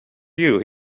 you